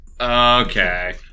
Okay